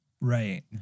Right